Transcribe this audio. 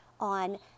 on